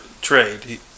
trade